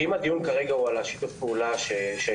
כרגע אנחנו מדברים על שיתוף הפעולה בין